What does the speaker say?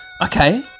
Okay